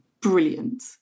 brilliant